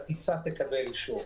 שהטיסה תקבל אישור,